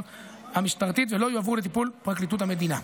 המשטרתית ולא יועברו לטיפול פרקליטות המדינה.